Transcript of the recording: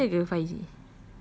telefon kita ada ke five G